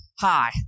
hi